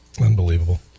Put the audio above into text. Unbelievable